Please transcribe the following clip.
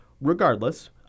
Regardless